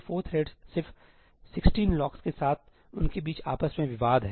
64 threads सिर्फ 16 लॉक्सके साथ उनके बीच आपस में विवाद हैं